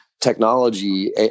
technology